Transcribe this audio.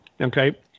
Okay